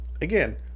again